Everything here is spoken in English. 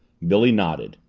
billy nodded.